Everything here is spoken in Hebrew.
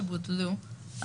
שבוטלו,